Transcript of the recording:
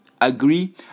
agree